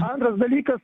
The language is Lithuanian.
antras dalykas